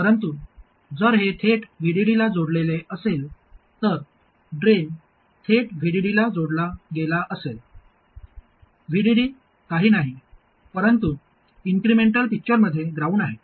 परंतु जर हे थेट VDD ला जोडलेले असेल तर ड्रेन थेट VDD ला जोडला गेला असेल VDD काही नाही परंतु इन्क्रिमेंटल पिक्चरमध्ये ग्राउंड आहे